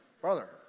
Brother